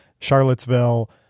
Charlottesville